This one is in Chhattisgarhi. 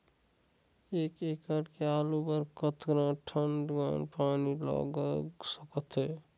एक एकड़ के आलू बर कतका टन पानी लाग सकथे?